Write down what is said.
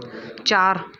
चारि